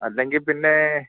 അല്ലെങ്കിൽ പിന്നേ